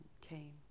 came